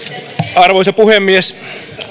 arvoisa puhemies